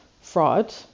fraud